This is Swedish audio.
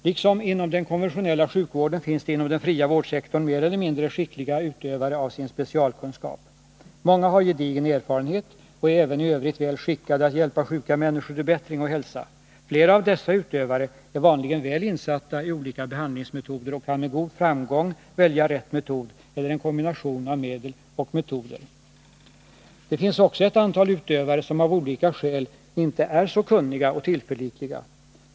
Liksom inom den konventionella sjukvården finns det inom ”den fria vårdsektorn” mer eller mindre skickliga utövare av sin specialkunskap. Många har gedigen erfarenhet och är även i övrigt väl skickade att hjälpa sjuka människor till bättring och hälsa. Flera av dessa utövare är vanligen väl insatta i olika behandlingsmetoder och kan med god framgång välja rätt metod eller en kombination av medel och metoder. Det finns också ett antal utövare som — av olika skäl —inte är så kunniga och tillförlitliga.